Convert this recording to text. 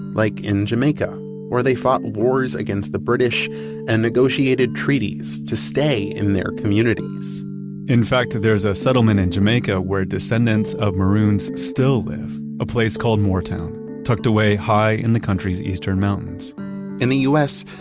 like in jamaica where they fought wars against the british and negotiated treaties to stay in their communities in fact, there's a settlement in jamaica where descendants of maroons still live, a place called moore town tucked away high in the country's eastern mountains in the us,